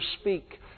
speak